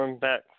back